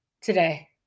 today